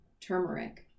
turmeric